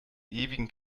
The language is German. ewigen